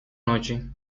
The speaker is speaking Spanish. noche